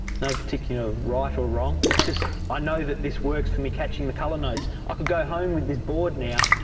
no particular right or wrong. it's just i know that this works for me catching the colour notes. i could go home with this board now,